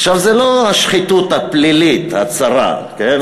עכשיו, זו לא השחיתות הפלילית, הצרה, כן?